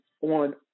on